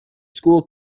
school